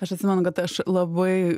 aš atsimenu kad aš labai